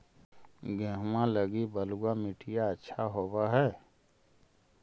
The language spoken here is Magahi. गेहुआ लगी बलुआ मिट्टियां अच्छा होव हैं?